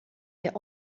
der